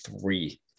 three